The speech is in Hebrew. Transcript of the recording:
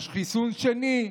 יש חיסון שני,